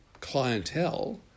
clientele